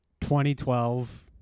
2012